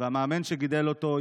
והמאמן שגידל אותו,